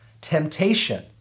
temptation